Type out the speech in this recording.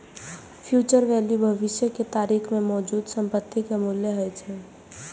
future value भविष्य के तारीख मे मौजूदा संपत्ति के मूल्य होइ छै